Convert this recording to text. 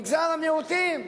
מגזר המיעוטים,